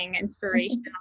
inspirational